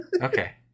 Okay